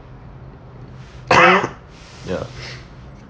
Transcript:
ya